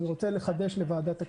אני רוצה לחדש לוועדת הכלכלה,